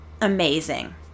amazing